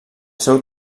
seu